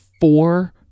four